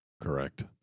Correct